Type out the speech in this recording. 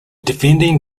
defending